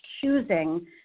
choosing